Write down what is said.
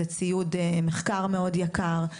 זה ציוד מחקר מאוד יקר,